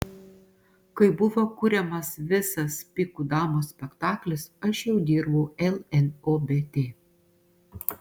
kai buvo kuriamas visas pikų damos spektaklis aš jau dirbau lnobt